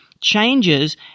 changes